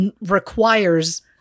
requires